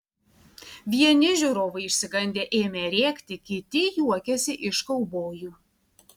vieni žiūrovai išsigandę ėmė rėkti kiti juokėsi iš kaubojų